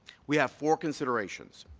we have four considerations,